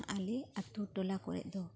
ᱟᱞᱮ ᱟᱛᱳ ᱴᱚᱞᱟ ᱠᱚᱨᱮᱫ ᱫᱚ